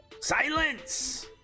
Silence